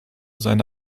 seine